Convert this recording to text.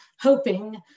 hoping